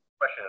question